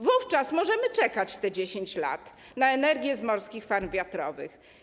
Wówczas możemy czekać te 10 lat na energię z morskich farm wiatrowych.